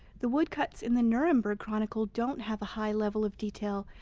the woodcuts in the nuremberg chronicle don't have a high level of detail,